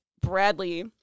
Bradley